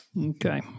Okay